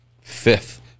fifth